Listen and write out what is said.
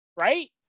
right